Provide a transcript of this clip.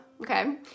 Okay